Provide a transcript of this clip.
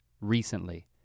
recently